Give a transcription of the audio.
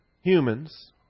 humans